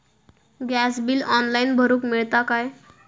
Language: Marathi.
गॅस बिल ऑनलाइन भरुक मिळता काय?